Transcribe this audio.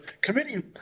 committee